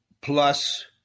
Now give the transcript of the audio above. plus